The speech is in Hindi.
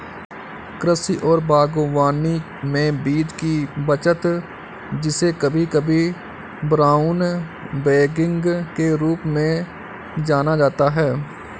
कृषि और बागवानी में बीज की बचत जिसे कभी कभी ब्राउन बैगिंग के रूप में जाना जाता है